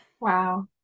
Wow